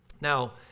Now